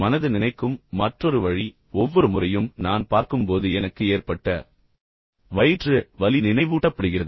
மனது நினைக்கும் மற்றொரு வழி ஒவ்வொரு முறையும் நான் பார்க்கும்போது எனக்கு ஏற்பட்ட வயிற்று வலி நினைவூட்டப்படுகிறது